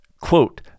Quote